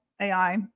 ai